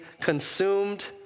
consumed